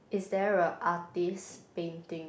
is there a artist painting